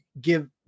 give